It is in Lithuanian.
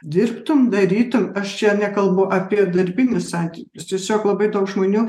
dirbtum darytum aš čia nekalbu apie darbinius santykius tiesiog labai daug žmonių